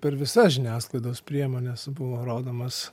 per visas žiniasklaidos priemones buvo rodomas